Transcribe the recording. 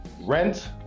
rent